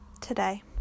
today